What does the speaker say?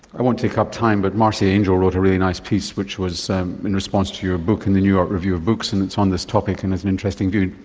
i won't take up time, but marcia angell wrote a really nice piece which was in response to your book in the new york review of books and it's on this topic and it's an interesting view.